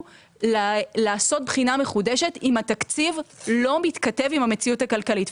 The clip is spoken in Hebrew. לעשות בחינה מחודשת אם התקציב לא מתכתב עם המציאות הכלכלית.